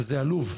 וזה עלוב,